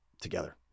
together